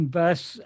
verse